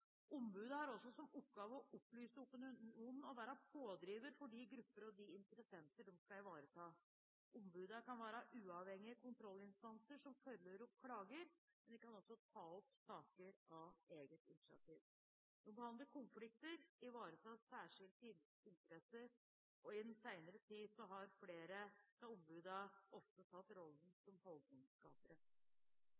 har også som oppgave å opplyse opinionen og være pådriver for de grupper og de interessenter de skal ivareta. Ombudene kan være uavhengige kontrollinstanser som følger opp klager, men de kan også ta opp saker på eget initiativ. De behandler konflikter, ivaretar særskilte interesser, og i den senere tid har flere av ombudene ofte tatt rollen